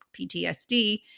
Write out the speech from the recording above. PTSD